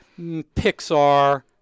Pixar